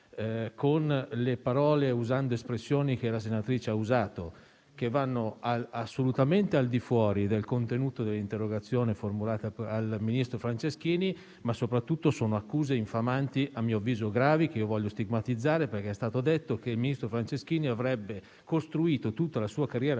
in quest'Aula le espressioni che la senatrice ha usato, che vanno assolutamente al di fuori del contenuto dell'interrogazione formulata al ministro Franceschini, ma soprattutto sono accuse infamanti, a mio avviso gravi, che voglio stigmatizzare. È stato detto, infatti, che il ministro Franceschini avrebbe costruito tutta la sua carriera politica